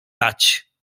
dać